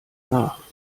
nach